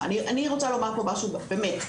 אני רוצה לומר פה משהו באמת,